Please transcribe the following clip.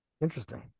Interesting